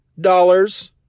dollars